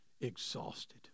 exhausted